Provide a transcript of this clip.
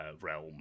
realm